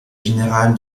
général